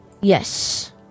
Yes